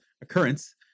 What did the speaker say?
occurrence